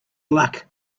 luck